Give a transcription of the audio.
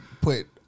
put